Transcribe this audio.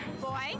Boy